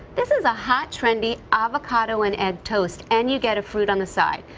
this is a hot trendy avocado and egg toast. and you get a fruit on the side.